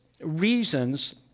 reasons